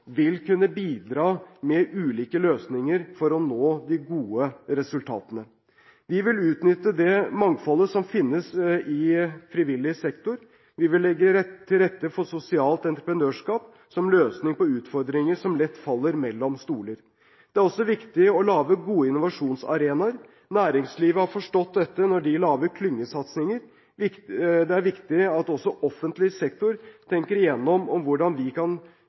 vil kunne bidra med ulike løsninger for å oppnå de gode resultatene. Vi vil utnytte det mangfoldet som finnes i frivillig sektor, vi vil legge til rette for sosialt entreprenørskap som løsning på utfordringer som lett faller mellom stoler. Det er også viktig å lage gode innovasjonsarenaer. Næringslivet har forstått dette når de lager klyngesatsinger. Det er viktig at også offentlig sektor tenker gjennom hvordan vi kan